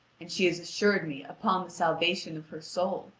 and she has assured me upon the salvation of her soul,